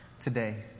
today